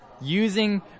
using